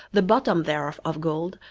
the bottom thereof of gold,